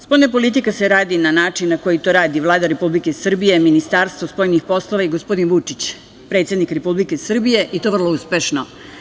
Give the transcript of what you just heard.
Spoljna politika se radi na način na koji to radi Vlada Republike Srbije, Ministarstvo spoljnih poslova i gospodin Vučić, predsednik Republike Srbije i to vrlo uspešno.